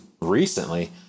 recently